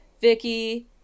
Vicky